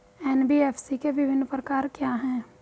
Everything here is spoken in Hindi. एन.बी.एफ.सी के विभिन्न प्रकार क्या हैं?